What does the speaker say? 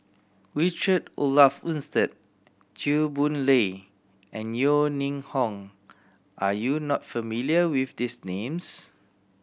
Richard Olaf Winstedt Chew Boon Lay and Yeo Ning Hong are you not familiar with these names